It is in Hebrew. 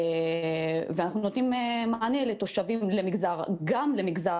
ואנחנו נותנים מענה לתושבים גם למגזר